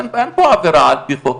אין פה עבירה על פי חוק,